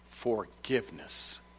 Forgiveness